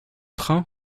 train